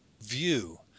view